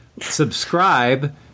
subscribe